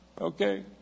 Okay